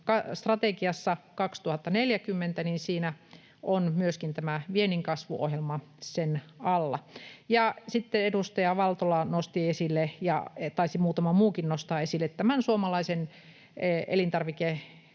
strategiassa 2040 myöskin tämä viennin kasvuohjelma sen alla. Sitten edustaja Valtola nosti esille, ja taisi muutama muukin nostaa esille, tämän suomalaisen elintarvikekaupan